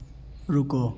रुको